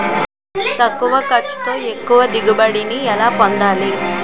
తక్కువ ఖర్చుతో ఎక్కువ దిగుబడి ని ఎలా పొందాలీ?